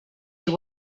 you